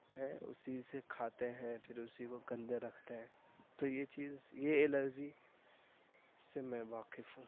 ہیں اسی سے کھاتے ہیں پھر اسی کو گندا رکھتے ہیں تو یہ چیز یہ الرجی سے میں واقف ہوں